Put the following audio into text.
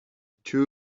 two